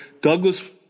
Douglas